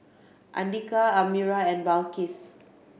Andika Amirah and Balqis